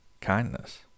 kindness